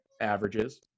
averages